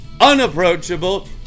unapproachable